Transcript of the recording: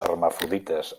hermafrodites